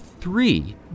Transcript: three